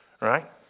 Right